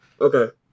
Okay